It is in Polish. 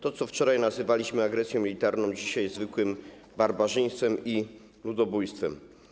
To co wczoraj nazywaliśmy agresją militarną, dzisiaj jest zwykłym barbarzyństwem i ludobójstwem.